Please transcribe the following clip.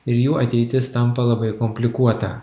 ir jų ateitis tampa labai komplikuota